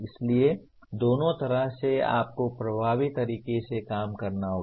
इसलिए दोनों तरह से आपको प्रभावी तरीके से काम करना होगा